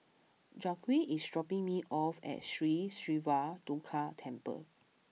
Jacque is dropping me off at Sri Siva Durga Temple